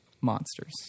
monsters